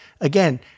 again